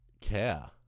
care